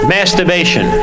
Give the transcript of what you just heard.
Masturbation